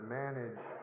manage